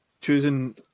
choosing